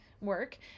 work